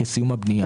בסיום הבנייה.